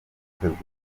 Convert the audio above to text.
facebook